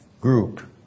group